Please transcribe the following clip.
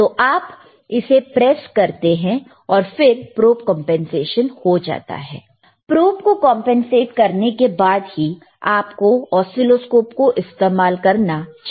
तो आप इसे प्रेस करते हैं और फिर प्रोब कंपनसेशन हो जाता है प्रोब को कंपनसेट करने के बाद ही आप को ऑसीलोस्कोप का इस्तेमाल करना चाहिए